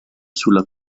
sulla